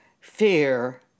fear